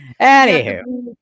anywho